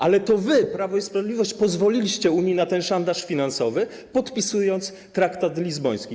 Ale to wy, Prawo i Sprawiedliwość, pozwoliliście Unii na ten szantaż finansowy, podpisując traktat lizboński.